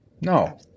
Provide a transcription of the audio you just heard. No